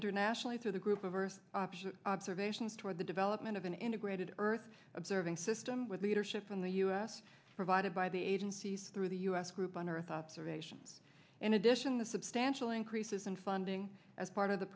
internationally through the group of earth observations toward the development of an integrated earth observing system with leadership in the u s provided by the agencies through the u s group on earth observation in addition the substantial increases in funding as part of the